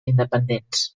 independents